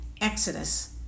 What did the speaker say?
Exodus